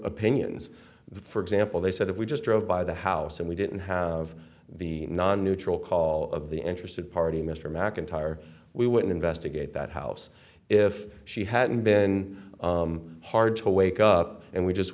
opinions for example they said if we just drove by the house and we didn't have the non neutral call of the interested party mr mcintyre we would investigate that house if she had and then hard to wake up and we just